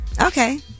okay